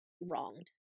wronged